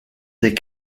des